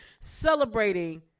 celebrating